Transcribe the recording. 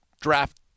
draft